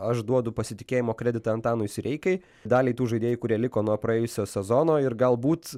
aš duodu pasitikėjimo kreditą antanui sireikai daliai tų žaidėjų kurie liko nuo praėjusio sezono ir galbūt